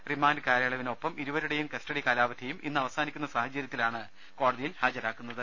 remand കാലയളവിന് ഒപ്പം ഇരുവരുടേയും കസ്റ്റഡികാലാവധിയും ഇന്ന് അവസാനിക്കുന്ന സാഹചരൃത്തിലാണ് കോടതിയിൽ ഹാജരാക്കു ന്നത്